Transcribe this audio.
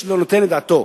איש לא נותן את דעתו.